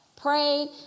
prayed